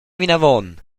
vinavon